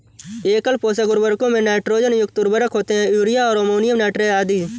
एकल पोषक उर्वरकों में नाइट्रोजन युक्त उर्वरक होते है, यूरिया और अमोनियम नाइट्रेट आदि